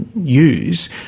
use